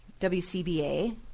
WCBA